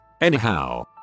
Anyhow